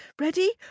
Ready